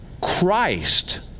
Christ